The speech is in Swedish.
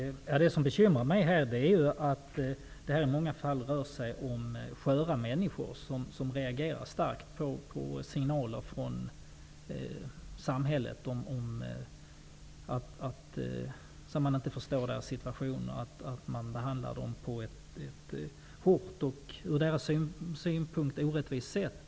Fru talman! Det som bekymrar mig i det här sammanhanget är att det i många fall handlar om sköra människor, som reagerar starkt på signaler från samhället som visar på att man inte förstår deras situation och att man behandlar de här människorna hårt och på ett från deras synpunkt orättvist sätt.